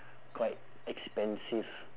quite expensive